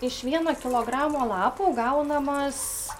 iš vieno kilogramo lapų gaunamas